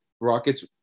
Rockets